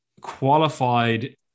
qualified